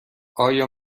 آیا